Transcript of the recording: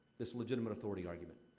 this legitimate authority argument.